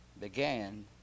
began